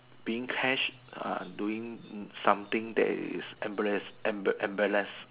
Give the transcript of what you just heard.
being cash uh doing something that is embarrass embar~ embarrass